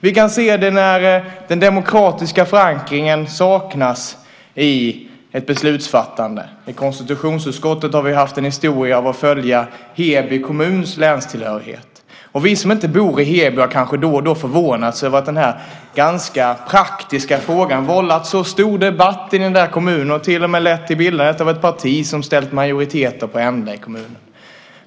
Vi kan se det när den demokratiska förankringen saknas i ett beslutsfattande. I konstitutionsutskottet har vi fått följa historien om Heby kommuns länstillhörighet. Vi som inte bor i Heby har kanske då och då förvånats över att denna praktiska fråga har vållat så stor debatt i kommunen att den till och med har lett till bildandet av ett parti som ställt majoriteter på ända i kommunen.